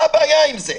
מה הבעיה עם זה?